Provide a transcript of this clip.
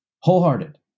wholehearted